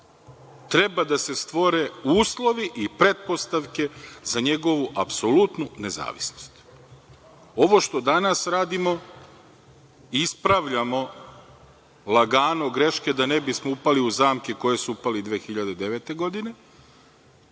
treba da se stvore uslovi i pretpostavke za njegovu apsolutnu nezavisnost. Ovo što danas radimo, ispravljamo lagano greške da ne bismo upali u zamke u koje su upali 2009. godine.